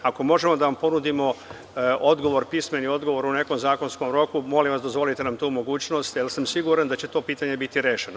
Ako možemo da vam ponudimo odgovor, pismeni odgovor u nekom zakonskom roku, molim vas, dozvolite nam tu mogućnost, jer sam siguran da će to pitanje biti rešeno.